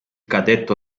cadetto